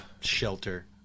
shelter